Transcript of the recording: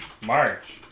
March